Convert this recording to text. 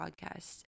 podcast